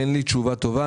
אין לי תשובה טובה.